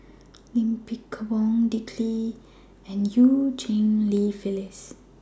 Low Kim Pong Dick Lee and EU Cheng Li Phyllis